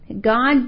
God